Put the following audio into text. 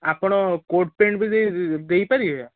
ଆପଣ coat pant ବି ଦେଇପାରିବେ